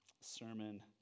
sermon